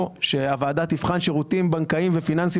שהוועדה תבחן שירותים בנקאיים ופיננסיים